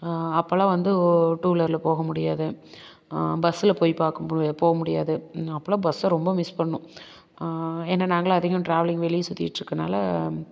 அப்போலாம் வந்து உ டூவிலரில் போக முடியாது பஸ்ஸில் போய் பாக்கு ம்பு போ முடியாது அப்போலாம் பஸ்ஸை ரொம்ப மிஸ் பண்ணோம் ஏன்னா நாங்கலாம் அதிகம் டிராவலிங் வெளியே சுற்றிட்டு இருக்கனால